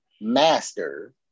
Master